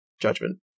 judgment